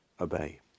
obey